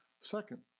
Second